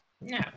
No